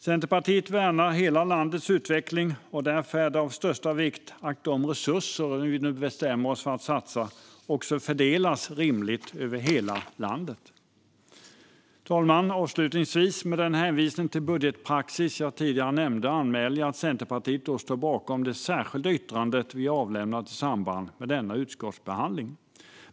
Centerpartiet värnar hela landets utveckling, och därför är det av största vikt att de resurser som vi nu bestämmer oss för att satsa också fördelas rimligt över hela landet. Avslutningsvis, fru talman: Med den hänvisning till budgetpraxis jag tidigare gjorde anmäler jag att Centerpartiet står bakom det särskilda yttrande vi har avlämnat i samband med utskottsbehandlingen.